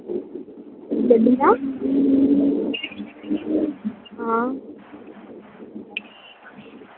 गड्डियां हां